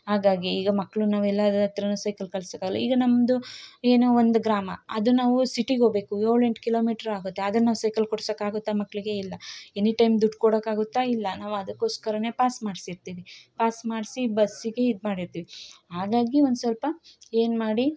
ಹಾಗಾಗಿ ಈಗ ಮಕ್ಳು ನಾವೆಲ್ಲರ ಹತ್ರ ಸೈಕಲ್ ಕಲ್ಸೋಕಾಗಲ ಈಗ ನಮ್ದು ಏನೋ ಒಂದು ಗ್ರಾಮ ಅದು ನಾವು ಸಿಟಿಗೆ ಹೋಗ್ಬೇಕು ಏಳು ಎಂಟು ಕಿಲೋಮೀಟ್ರ್ ಆಗುತ್ತೆ ಅದನ್ನ ನಾವು ಸೈಕಲ್ ಕೊಡ್ಸೋಕಾಗುತ್ತ ಮಕ್ಕಳಿಗೆ ಇಲ್ಲ ಎನಿ ಟೈಮ್ ದುಡ್ಡು ಕೊಡೋಕಾಗುತ್ತಾ ಇಲ್ಲ ನಾವು ಅದಕೋಸ್ಕರ ಪಾಸ್ ಮಾಡಿಸಿರ್ತಿವಿ ಪಾಸ್ ಮಾಡಿಸಿ ಬಸ್ಸಿಗೆ ಇದು ಮಾಡಿರ್ತೀವಿ ಹಾಗಾಗಿ ಒನ್ಸೊಲ್ಪ ಏನ್ಮಾಡಿ